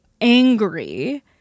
angry